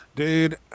Dude